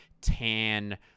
tan